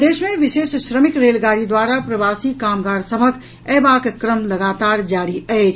प्रदेश मे विशेष श्रमिक रेलगाड़ी द्वारा प्रवासी कामगार सभक अयबाक क्रम लगातार जारी अछि